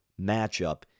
matchup